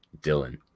Dylan